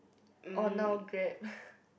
on our Grab